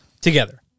Together